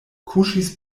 kuŝis